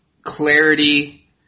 clarity